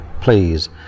please